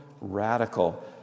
radical